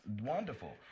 Wonderful